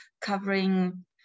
covering